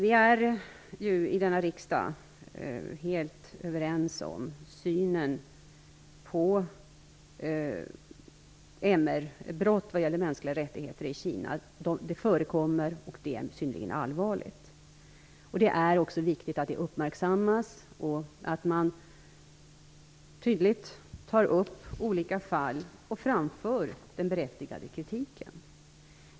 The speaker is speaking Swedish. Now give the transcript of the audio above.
I denna riksdag är vi ju helt överens om synen på MR-brott i Kina. Sådana förekommer, och det är synnerligen allvarligt. Det är också viktigt att det uppmärksammas, att man tydligt tar upp olika fall och framför den berättigade kritiken.